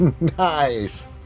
Nice